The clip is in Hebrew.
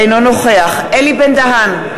אינו נוכח אלי בן-דהן,